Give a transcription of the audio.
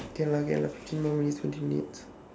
can lah can lah fifteen more minutes twenty minutes